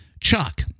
Chuck